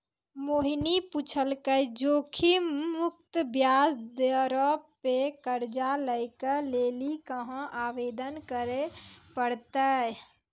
मोहिनी पुछलकै जोखिम मुक्त ब्याज दरो पे कर्जा लै के लेली कहाँ आवेदन करे पड़तै?